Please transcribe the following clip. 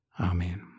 Amen